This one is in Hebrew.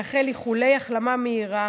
לאחל איחולי החלמה מהירה